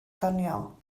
doniol